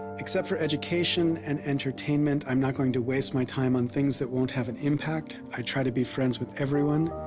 except for education and entertainment, i'm not going to waste my time on things that won't have and impact. i try to be friends with everyone,